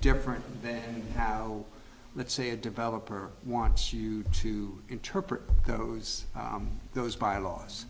different than let's say a developer wants you to interpret those those bylaws